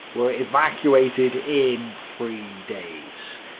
where evacuated in three days.